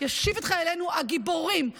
ישיב את חיילינו הגיבורים לשלום.